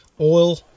oil